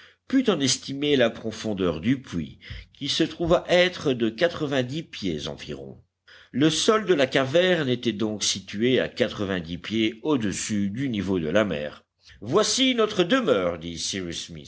en estimer la profondeur du puits qui se trouva être de quatre-vingt-dix pieds environ le sol de la caverne était donc situé à quatre-vingt-dix pieds audessus du niveau de la mer voici notre demeure dit